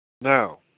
Now